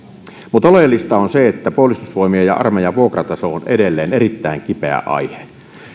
mutta oleellista on se että puolustusvoimien ja armeijan vuokrataso on edelleen erittäin kipeä aihe